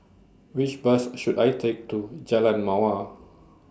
Which Bus should I Take to Jalan Mawar